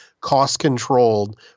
cost-controlled